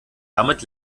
damit